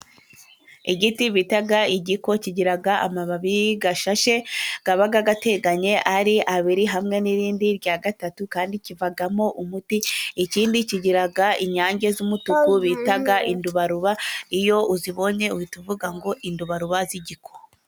Igiti bita igiko kigira amababi ashashe ,aba ateganye ari abiri hamwe n'irindi rya gatatu ,kandi kivamo umuti ikindi kigira inyange z'umutuku bita indubaruba, iyo uzibonye uhita uvuga ngo indubaruba z'igiko.